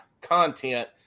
content